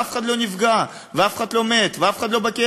ואף אחד לא נפגע, ואף אחד לא מת, ואף אחד לא בכלא.